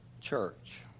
church